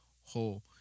whole